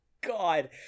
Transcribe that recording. god